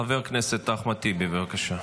חבר הכנסת אחמד טיבי, בבקשה.